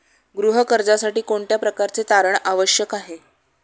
गृह कर्जासाठी कोणत्या प्रकारचे तारण आवश्यक आहे?